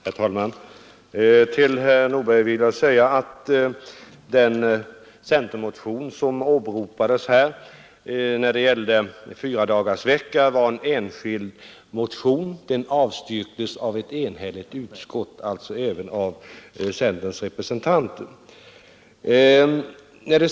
Herr talman! Till herr Nordberg vill jag säga att den centermotion som åberopades när det gällde fyradagarsvecka var en enskild motion. Den avstyrktes av ett enhälligt utskott, alltså även av centerns representanter.